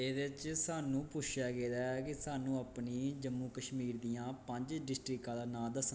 एह्दै च साह्नू पुच्छेआ गेदा ऐ कि साह्नू अपनी जम्मू कश्मीर दियां पंज डिस्टिकां दा नां दस्सना ऐ